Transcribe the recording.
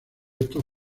estos